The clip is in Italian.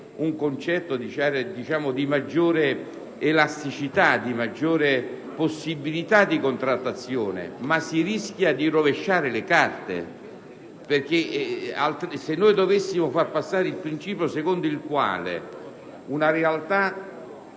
un approccio di maggiore elasticità e maggiore possibilità di contrattazione. Si rischia però di rovesciare le carte. Se dovessimo avallare il principio secondo il quale una realtà